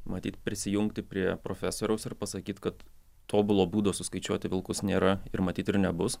matyt prisijungti prie profesoriaus ir pasakyt kad tobulo būdo suskaičiuoti vilkus nėra ir matyt ir nebus